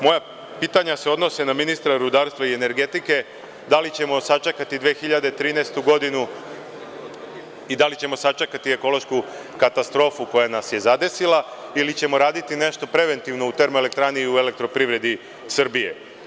Moja pitanja se odnose na ministra rudarstva i energetike - da li ćemo sačekati 2013. godinu i da li ćemo sačekati ekološku katastrofu koja nas je zadesila, ili ćemo raditi nešto preventivno u termoelektrani i elektroprivredi Srbije?